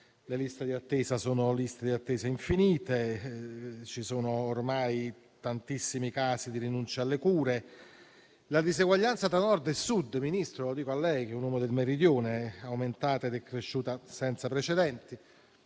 Le liste di attesa sono infinite. Ci sono ormai tantissimi casi di rinuncia alle cure. La diseguaglianza tra Nord e Sud - lo dico a lei, Ministro, che è un uomo del meridione - è aumentata ed è cresciuta senza precedenti.